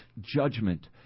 judgment